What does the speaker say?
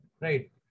Right